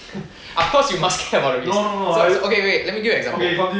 of course you must care about the risk so as okay wait let me give you example